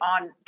on